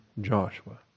Joshua